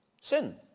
sin